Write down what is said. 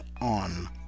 on